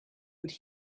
would